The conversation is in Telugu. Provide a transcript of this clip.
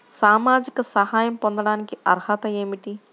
సామాజిక సహాయం పొందటానికి అర్హత ఏమిటి?